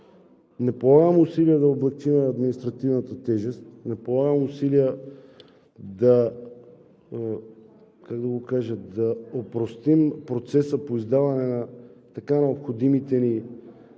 не полагаме усилия да облекчим административната тежест, не полагаме усилия да опростим процеса по издаването на така необходимите ни документи